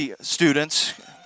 students